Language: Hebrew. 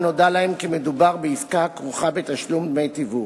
נודע להם כי מדובר בעסקה הכרוכה בתשלום דמי תיווך.